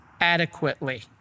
adequately